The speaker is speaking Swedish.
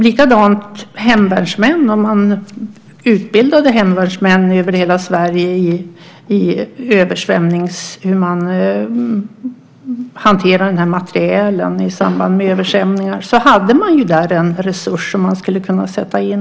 Likadant med hemvärnsmän: Om man utbildade hemvärnsmän över hela Sverige i att hantera denna materiel i samband med översvämningar hade man ju där en resurs som man skulle kunna sätta in.